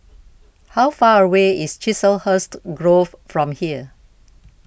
how far away is Chiselhurst Grove from here